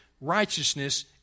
righteousness